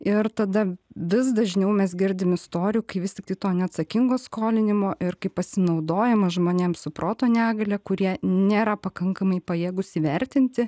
ir tada vis dažniau mes girdim istorijų kai vis tiktai to neatsakingo skolinimo ir kaip pasinaudojimas žmonėm su proto negalia kurie nėra pakankamai pajėgūs įvertinti